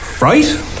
right